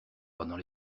pendant